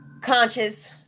conscious